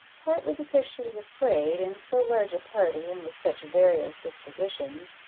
partly because she was afraid, in so large a party, and with such various dispositions,